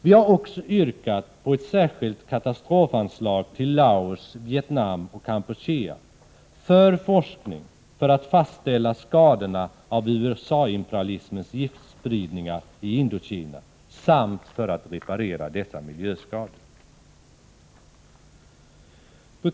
Vi har också yrkat på ett särskilt katastrofanslag till Laos, Vietnam och Kampuchea, för forskning för att fastställa skadorna av USA-imperialismens giftspridningar i Indokina samt för att reparera dessa miljöskador.